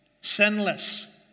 sinless